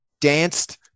danced